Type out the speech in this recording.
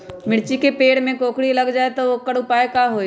मिर्ची के पेड़ में कोकरी लग जाये त वोकर उपाय का होई?